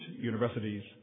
universities